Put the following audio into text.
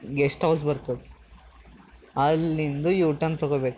guest house ಬರ್ತದೆ ಅಲ್ಲಿಂದ U turn ತೊಗೋಬೇಕು